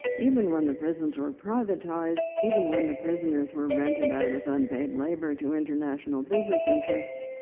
even when the prisons were privatized, even when the prisoners were rented out as unpaid labor to international business interests,